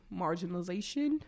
marginalization